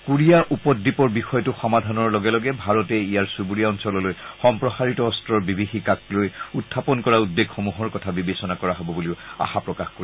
Korea উপ দ্বীপৰ বিষয়টো সমাধানৰ লগে লগে ভাৰতে ইয়াৰ চুবুৰীয়া অঞ্চললৈ সম্প্ৰসাৰিত অস্ত্ৰৰ বিভীযিকাকলৈ উখাপন কৰা উদ্বেগসমূহৰ কথা বিবেচনা কৰা হ'ব বুলিও আশা প্ৰকাশ কৰে